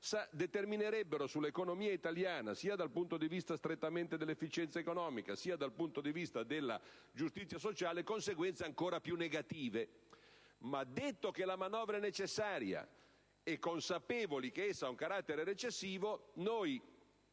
determinerebbero sull'economia italiana, sia strettamente dal punto di vista dell'efficienza economica, sia dal punto di vista della giustizia sociale, conseguenze ancor più negative. Ma detto che la manovra è necessaria e consapevoli che ha carattere recessivo,